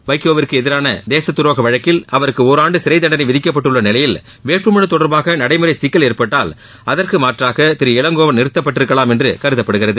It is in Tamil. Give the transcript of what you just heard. வைகோவிற்கு எதிரான தேசதரோக வழக்கில் அவருக்கு ஒராண்டு சிறை தண்டனை விதிக்கப்பட்டுள்ள நிலையில் வேட்புமனு தொடர்பாக நடைமுறை சிக்கல் ஏற்பட்டால் அதற்கு மாற்றாக திரு இளங்கோவன் நிறுத்தப்பட்டிருக்கலாம் என்று கருதப்படுகிறது